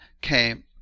came